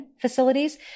facilities